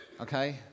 Okay